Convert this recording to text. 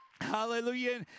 Hallelujah